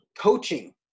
coaching